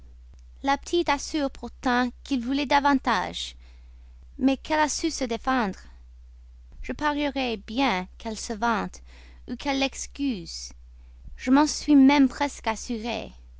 la petite assure pourtant qu'il voulait davantage mais qu'elle a su se défendre je parierais bien qu'elle se vante ou qu'elle l'excuse je m'en suis même presque assurée